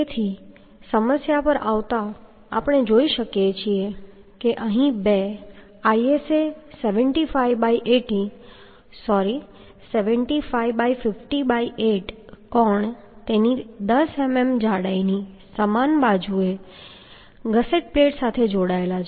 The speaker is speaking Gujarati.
તેથી સમસ્યા પર આવતાં આપણે જોઈ શકીએ છીએ કે અહીં બે ISA 75 ✕ 80 સોરી 75 ✕ 50 ✕ 8 કોણ તેની 10 મીમી જાડાઈની સમાન બાજુએ ગસેટ પ્લેટ સાથે જોડાયેલા છે